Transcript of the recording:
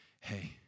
hey